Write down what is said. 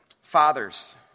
Fathers